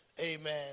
Amen